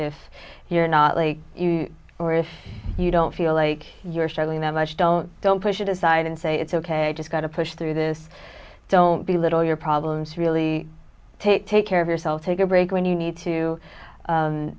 if you're not like you or if you don't feel like you're struggling that much don't don't push it aside and say it's ok i just gotta push through this don't belittle your problems really take take care of yourself take a break when you need to